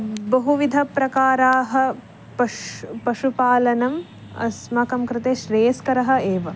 बहुविधप्रकाराः पश् पशुपालनम् अस्माकं कृते श्रेयस्करः एव